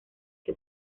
que